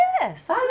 yes